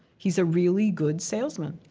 he's a really good salesman.